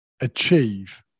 achieve